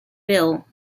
bill